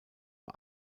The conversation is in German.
bei